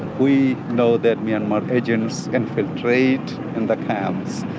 we know that myanmar agents infiltrate in the camps.